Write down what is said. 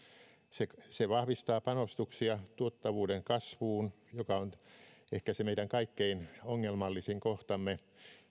se se vahvistaa panostuksia tuottavuuden kasvuun joka on ehkä se meidän kaikkein ongelmallisin kohtamme